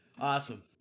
Awesome